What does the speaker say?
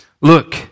Look